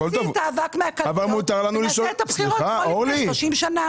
לא נוציא את האבק מהקלפיות ונעשה את הבחירות כמו לפני 30 שנה.